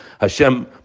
Hashem